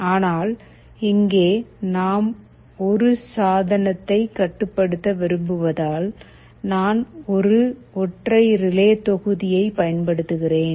ஆனால் இங்கே நாம் ஒரு சாதனத்தை கட்டுப்படுத்த விரும்புவதால் நான் ஒரு ஒற்றை ரிலே தொகுதியைப் பயன்படுத்துகிறேன்